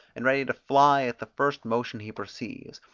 and ready to fly at the first motion he perceives,